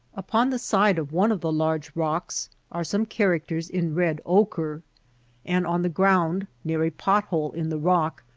upon the side of one of the large rocks are some characters in red ochre and on the ground near a pot-hole in the rock,